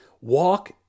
walk